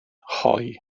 hoe